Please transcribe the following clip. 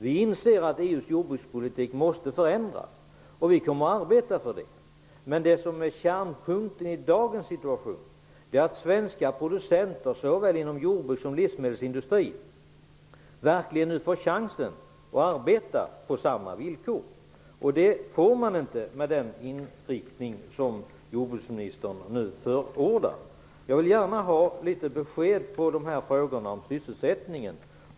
Vi inser att EU:s jordbrukspolitik måste förändras, och vi kommer att arbeta för det. Men kärnpunkten i dagens situation är att svenska producenter såväl inom jordbruket som inom livsmedelsindustrin nu verkligen får en chans att arbeta på samma villkor. Det får man inte med den inriktning som jordbruksministern förordar. Jag vill gärna ha besked i frågorna om sysselsättningen.